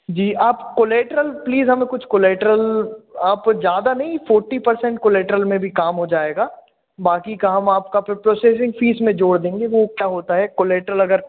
जी आप collateral please हमें कुछ कोलेटरल आप ज़्यादा नहीं फ़ोर्टी पर्सेंट कोलेटरल में भी काम हो जाएगा बाकी का हम आपका फिर प्रोसेसिंग फ़ीस में जोड़ देंगे वो क्या होता है अगर